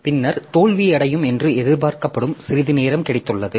பின்னர் தோல்வியடையும் என்று எதிர்பார்க்கப்படும் சிறிது நேரம் கிடைத்துள்ளது